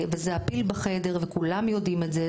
וזה הפיל בחדר וכולם יודעים את זה,